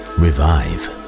revive